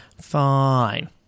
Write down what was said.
Fine